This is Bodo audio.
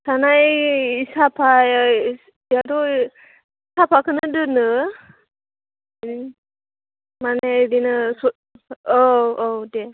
थानाय साफायाथ' साफाखौनो दोनो माने बिदिनो औ औ दे